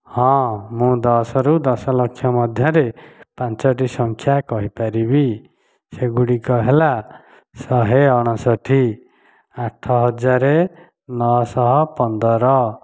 ହଁ ମୁଁ ଦଶ ରୁ ଦଶ ଲକ୍ଷ ମଧ୍ୟରେ ପାଞ୍ଚଟି ସଂଖ୍ୟା କହିପାରିବି ସେଗୁଡ଼ିକ ହେଲା ଶହେ ଅଣଷଠି ଆଠ ହଜାର ନଅ ଶହ ପନ୍ଦର